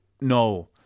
No